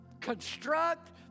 construct